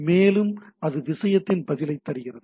மேலும் அது விஷயத்தின் பதிலைப் பெறுகிறது